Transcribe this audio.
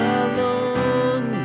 alone